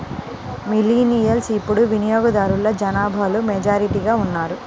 millennials ఇప్పుడు వినియోగదారుల జనాభాలో మెజారిటీగా ఉన్నారు